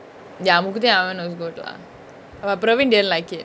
ya mookuthiyamman was good lah but praveen didn't like it